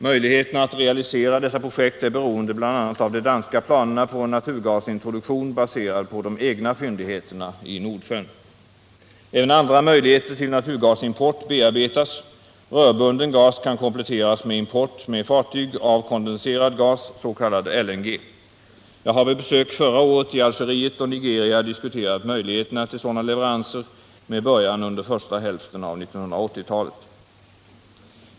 Möjligheterna att realisera dessa projekt är beroende bl.a. av de danska planerna på en naturgasintroduktion baserad på de egna fyndigheterna i Nordsjön. Även andra möjligheter till naturgasimport bearbetas. Rörbunden gas kan kompletteras med import med fartyg av kondenserad gas, s.k. LNG. Jag har vid besök förra året i Algeriet och Nigeria diskuterat möjligheterna till sådana leveranser med början under första hälften av 1980-talet.